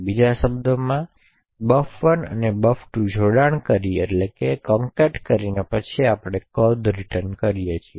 બીજા શબ્દોમાં કહીએ તો તેમાંના બફર 1અને બફર 2 જોડાણ કરી અને પછી આપણે કદ રિટર્ન કરીએ છીએ